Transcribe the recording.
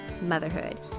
motherhood